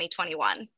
2021